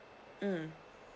mm